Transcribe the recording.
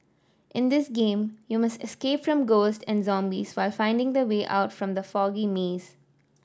in this game you must escape from ghosts and zombies while finding the way out from the foggy maze